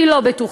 אני לא בטוחה.